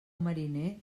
mariner